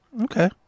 Okay